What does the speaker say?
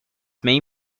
main